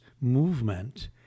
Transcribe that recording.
movement